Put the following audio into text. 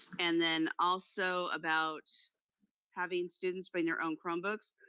and then also about having students bring their own chromebooks.